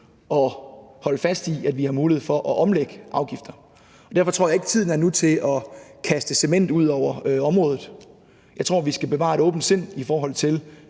at holde fast i, at vi skal have mulighed for at omlægge afgifter. Derfor tror jeg ikke tiden er nu til at kaste cement ud over området. Jeg tror, vi skal bevare et åbent sind i forhold til,